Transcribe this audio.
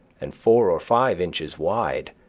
and four or five inches wide,